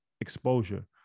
exposure